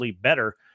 better